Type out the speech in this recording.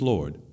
Lord